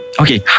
Okay